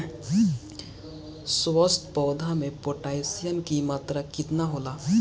स्वस्थ पौधा मे पोटासियम कि मात्रा कितना होला?